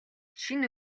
шинэ